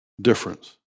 difference